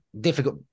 difficult